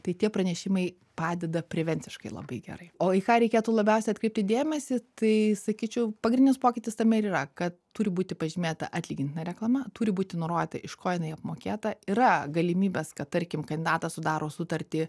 tai tie pranešimai padeda prevenciškai labai gerai o į ką reikėtų labiausiai atkreipti dėmesį tai sakyčiau pagrindinis pokytis tame ir yra kad turi būti pažymėta atlygintina reklama turi būti nurodyta iš ko jinai apmokėta yra galimybės kad tarkim kandidatas sudaro sutartį